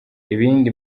ibindi